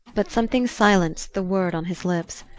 but something silenced the word on his lips.